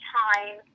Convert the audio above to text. time